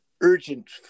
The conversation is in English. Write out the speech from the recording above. urgent